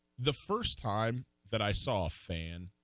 the first time that ice off and